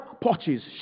porches